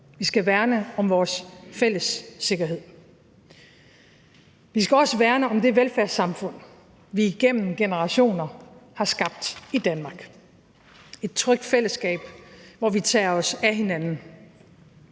Vi skal værne om vores fælles sikkerhed. Vi skal også værne om det velfærdssamfund, vi gennem generationer har skabt i Danmark – et trygt fællesskab, hvor vi tager os af hinanden.